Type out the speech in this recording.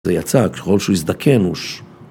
זה יצא ככל שהוא הזדקן.